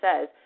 says